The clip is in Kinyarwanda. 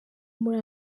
muri